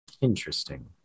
Interesting